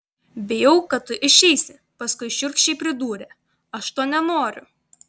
bijau kad tu išeisi paskui šiurkščiai pridūrė aš to nenoriu